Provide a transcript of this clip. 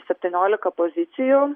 septyniolika pozicijų